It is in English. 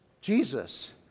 Jesus